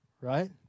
right